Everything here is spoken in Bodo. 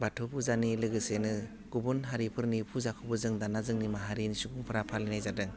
बाथौ फुजानि लोगोसेनो गुबुन हारिफोरनि फुजाखौबो जों दाना जोंनि माहारिनि सुबुंफ्रा फालिनाय जादों